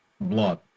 blood